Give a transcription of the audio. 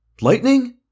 Lightning